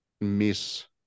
miss